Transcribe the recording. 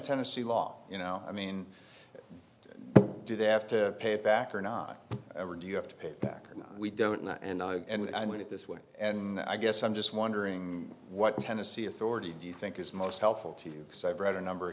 tennessee law you know i mean do they have to pay it back or not or do you have to pay it back we don't know and and i want it this way and i guess i'm just wondering what tennessee authority do you think is most helpful to you so i've read a number of